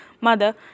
mother